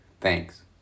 Thanks